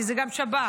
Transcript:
כי זה גם שב"כ,